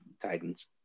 titans